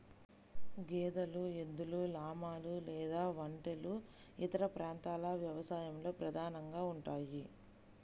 గేదెలు, ఎద్దులు, లామాలు లేదా ఒంటెలు ఇతర ప్రాంతాల వ్యవసాయంలో ప్రధానంగా ఉంటాయి